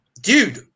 Dude